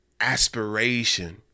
aspiration